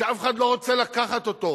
שאף אחד לא רוצה לקחת אותו.